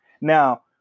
Now